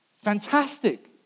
fantastic